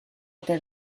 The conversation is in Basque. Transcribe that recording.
ote